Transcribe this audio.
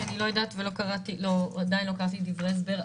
כי אני לא יודעת ועדיין לא קראתי את דברי ההסבר,